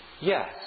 Yes